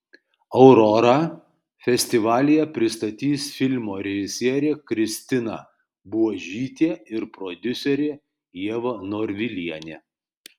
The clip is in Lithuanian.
aurorą festivalyje pristatys filmo režisierė kristina buožytė ir prodiuserė ieva norvilienė